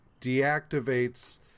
deactivates